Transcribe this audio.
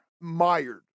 mired